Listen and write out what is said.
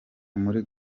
muri